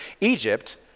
Egypt